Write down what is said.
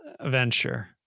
venture